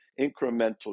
incremental